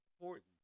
important